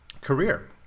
career